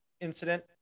incident